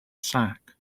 sac